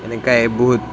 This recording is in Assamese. এনেকুৱাই বহুত